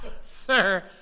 sir